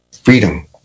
Freedom